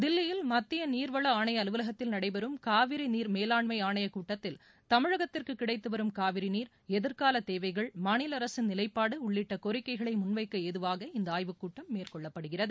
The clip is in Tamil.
தில்லியில் மத்திய நீர்வள ஆணைய அலுவலகத்தில் நடைபெறும் காவிரி நீர் மேலாண்மை ஆணையக் கூட்டத்தில் தமிழகத்திற்கு கிடைத்து வரும் காவிரி நீர் எதிர்காலத் தேவைகள் மாநில அரசின் நிலைப்பாடு உள்ளிட்ட கோரிக்கைகளை முன்வைக்க ஏதுவாக இந்த ஆய்வுக்கூட்டம் மேற்கொள்ளப்படுகிறது